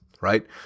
right